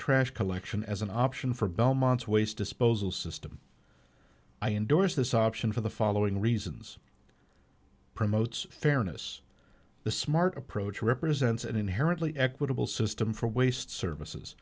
trash collection as an option for belmont's waste disposal system i endorse this option for the following reasons promotes fairness the smart approach represents an inherently equitable system for waste services